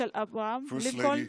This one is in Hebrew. Mr. Speaker Kevin,